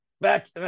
back